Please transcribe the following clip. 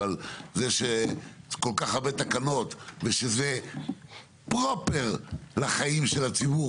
אבל זה שכל כך הרבה תקנות ושזה פרופר לחיים של הציבור,